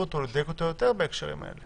אותו או לדייק אותו יותר בהקשרים האלה?